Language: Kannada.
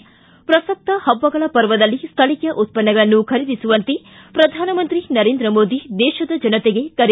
ಿ ಪ್ರಸಕ್ತ ಹಬ್ಬಗಳ ಪರ್ವದಲ್ಲಿ ಸ್ಥಳೀಯ ಉತ್ಪನ್ನಗಳನ್ನು ಖರೀದಿಸುವಂತೆ ಪ್ರಧಾನಮಂತ್ರಿ ನರೇಂದ್ರ ಮೋದಿ ದೇಶದ ಜನತೆಗೆ ಕರೆ